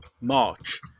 March